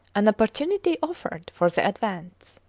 an opportunity offered for the advance.